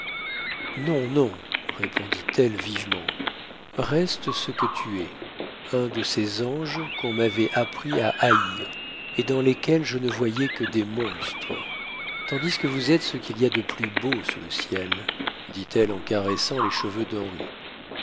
non non répondit-elle vivement reste ce que tu es un de ces anges qu'on m'avait appris à haïr et dans lesquels je ne voyais que des monstres tandis que vous êtes ce qu'il y a de plus beau sous le ciel dit-elle en caressant les cheveux